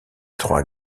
trois